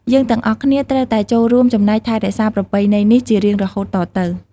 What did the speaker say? យើងទាំងអស់គ្នាត្រូវតែចូលរួមចំណែកថែរក្សាប្រពៃណីនេះជារៀងរហូតតទៅ។